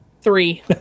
Three